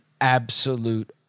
absolute